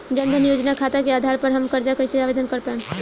जन धन योजना खाता के आधार पर हम कर्जा कईसे आवेदन कर पाएम?